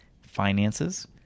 finances